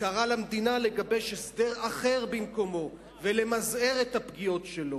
וקרא למדינה לגבש הסדר אחר במקומו ולמזער את הפגיעות שלו.